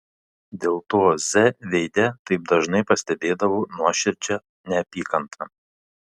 dėl to z veide taip dažnai pastebėdavau nuoširdžią neapykantą